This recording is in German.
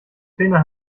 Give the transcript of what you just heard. trainer